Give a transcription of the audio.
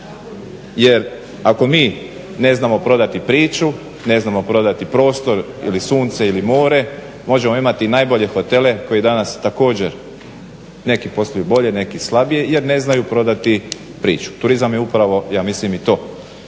Jer ako mi ne znamo prodati priču, ne znamo prodati prostor ili sunce ili more možemo imati najbolje hotele koji danas također neki posluju bolje neki slabije jer ne znaju prodati priču. Turizam je upravo, ja mislim i to,